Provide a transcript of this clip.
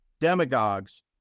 demagogues